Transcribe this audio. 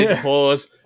Pause